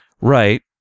right